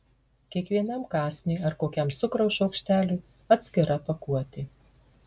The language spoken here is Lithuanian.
kiekvienam kąsniui ar kokiam cukraus šaukšteliui atskira pakuotė